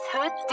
Hood